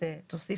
אני שואלת.